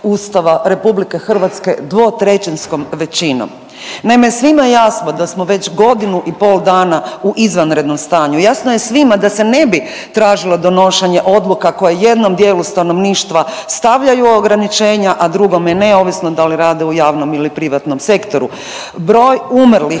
po Članku 17. Ustava RH 2/3 većinom. Naime, svima je jasno da smo već godinu i pol dana u izvanrednom stanju. Jasno je svima da se ne bi tražilo donošenje odluka koje jednom djelu stanovništva stavljaju ograničenja, a drugome ne ovisno da li rade u javnom ili privatnom sektoru. Broj umrlih